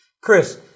Chris